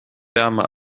wärmer